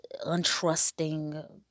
untrusting